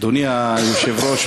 אדוני היושב-ראש,